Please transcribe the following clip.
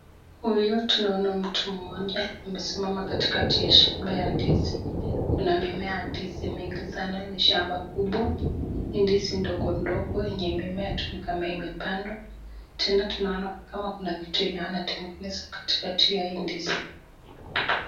Huyu tunaona mtu mmoja amesimama katikati ya shamba ya ndizi, kuna mimea ya ndizi mingi sana, ni shamba kubwa. Ni ndizi ndogo ndogo yenye imemea tu ni kama imepandwa, tena tunaona kama kuna kitu yenye wanatengeneza katikati ya hii ndizi.